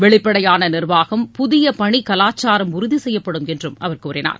வெளிப்படையான நிர்வாகம் புதிய பணி கலாச்சாரம் உறுதி செய்யப்படும் என்றும் அவர் கூறினார்